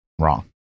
wrong